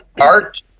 art